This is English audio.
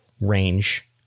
range